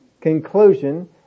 conclusion